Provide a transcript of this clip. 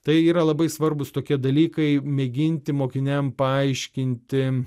tai yra labai svarbūs tokie dalykai mėginti mokiniam paaiškinti